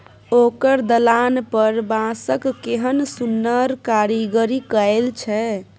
ओकर दलान पर बांसक केहन सुन्नर कारीगरी कएल छै